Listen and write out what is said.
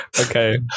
okay